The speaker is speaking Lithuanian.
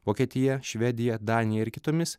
vokietija švedija danija ir kitomis